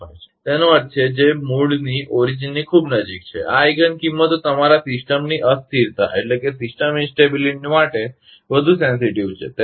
25 છે તેનો અર્થ છે જે મૂળ ની ખૂબ નજીક છે આ આઇગિન કિંમતો તમારી સિસ્ટમની અસ્થિરતા માટે વધુ સંવેદનશીલ છે